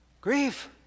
Grief